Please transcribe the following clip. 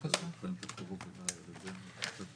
מאיפה בא הרעיון ולמה אנחנו רוצים